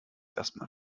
erstmal